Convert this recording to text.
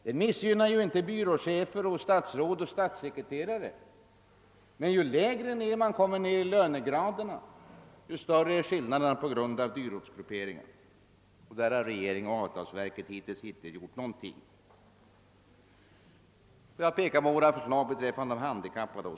Den missgynnar inte byråchefer, statsråd och statssekreterare men ju lägre ned man kommer i lönegraderna desto större är skillnaderna på grund av dyrortsgrupperingen. Här har regeringen och avtalsverket hittills inte gjort någonting. Får jag också påminna om våra förslag beträffande de handikappade?